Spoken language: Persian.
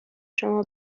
شما